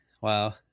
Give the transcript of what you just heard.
Wow